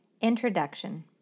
Introduction